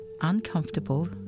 uncomfortable